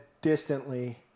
distantly